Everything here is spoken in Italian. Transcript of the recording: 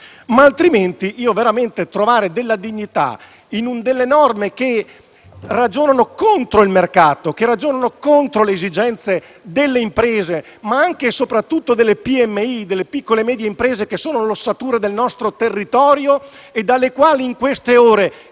Altrimenti è difficile trovare dignità in norme che ragionano contro il mercato e contro le esigenze delle imprese, ma anche e soprattutto delle piccole e medie imprese, che sono l'ossatura del nostro territorio e dalle quali, in queste ore